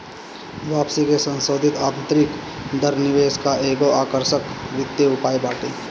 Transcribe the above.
वापसी के संसोधित आतंरिक दर निवेश कअ एगो आकर्षक वित्तीय उपाय बाटे